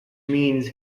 means